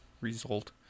Result